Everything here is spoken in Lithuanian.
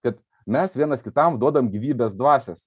kad mes vienas kitam duodam gyvybės dvasios